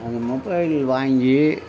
அந்த மொபைல் வாங்கி